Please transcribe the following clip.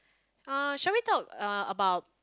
uh shall we talk uh about